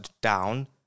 down